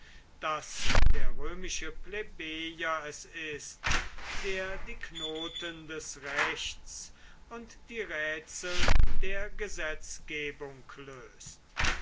daß der römische plebejer es ist der die knoten des rechts und die rätsel der gesetzgebung löst